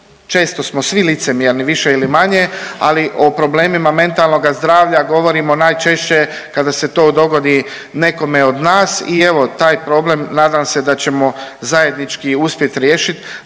često smo svi licemjerni više ili manje, ali o problemima mentalnoga zdravlja govorimo najčešće kada se to dogodi nekome od nas i evo taj problem nadam se da ćemo zajednički uspjet riješit